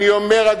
אני אומר,